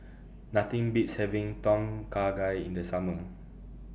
Nothing Beats having Tom Kha Gai in The Summer